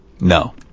No